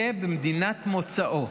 יהיה במדינת מוצאו.